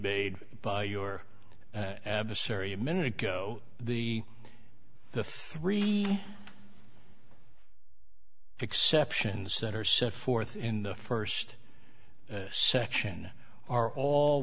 bade by your an adversary a minute ago the the three exceptions that are set forth in the st section are all